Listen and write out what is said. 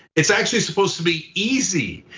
it's actually supposed to be easy.